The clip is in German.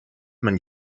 man